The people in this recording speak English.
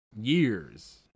years